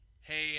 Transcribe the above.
Hey